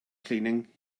cleaning